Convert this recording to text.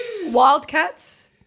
Wildcats